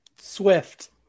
Swift